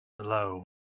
Hello